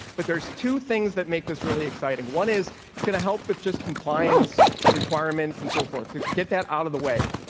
but there's two things that make this really exciting. one is gonna help with just compliance requirements and so forth to get that out of the way.